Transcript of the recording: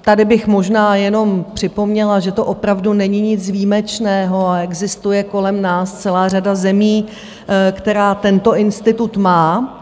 Tady bych možná jenom připomněla, že to opravdu není nic výjimečného, a existuje kolem nás celá řada zemí, která tento institut má,